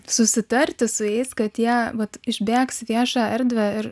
susitarti su jais kad jie vat išbėgs į viešą erdvę ir